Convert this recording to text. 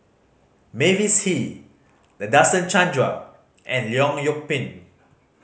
Mavis Hee Nadasen Chandra and Leong Yoon Pin